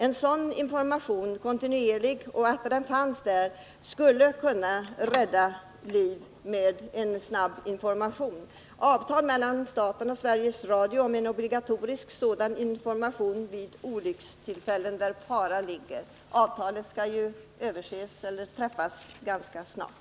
En sådan kontinuerlig och snabb information skulle kunna rädda liv. I avtalet mellan staten och Sveriges Radio kunde det tas in en skrivning om obligatorisk information vid olyckstillfällen — det är ju aktuellt att ta upp avtalet ganska snart.